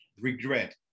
regret